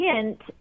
hint